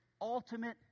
ultimate